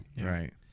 Right